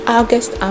August